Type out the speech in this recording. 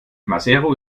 maseru